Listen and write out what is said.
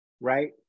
right